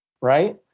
Right